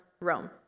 Rome